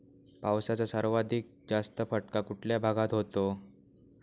पावसाचा सर्वाधिक जास्त फटका कुठल्या भागात होतो?